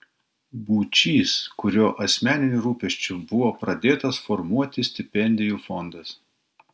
būčys kurio asmeniniu rūpesčiu buvo pradėtas formuoti stipendijų fondas